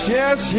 yes